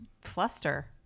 fluster